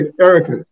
Erica